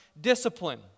discipline